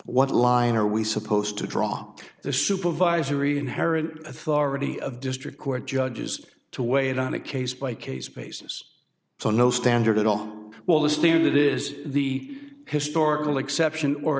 what line are we supposed to draw the supervisory inherent authority of district court judges to weigh it on a case by case basis so no standard at all will this theory that is the historical exception or